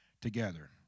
together